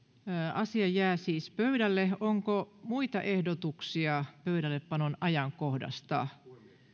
asia jää siis pöydälle onko muita ehdotuksia pöydällepanon ajankohdasta